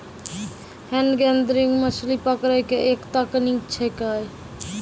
hand gathering मछली पकड़ै के एक तकनीक छेकै